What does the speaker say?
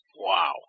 Wow